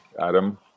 Adam